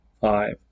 five